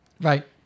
Right